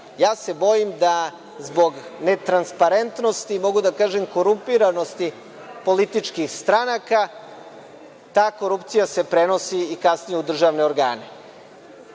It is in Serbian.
Ja se bojim da zbog netransparentnosti mogu da kažem korumpiranosti političkih stranaka, ta korupcija se prenosi kasnije i u državne organe. Ova